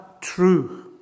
true